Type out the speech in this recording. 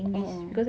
a'ah